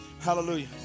hallelujah